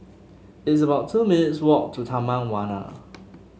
it's about two minutes' walk to Taman Warna